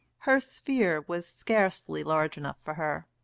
her sphere was scarcely large enough for her,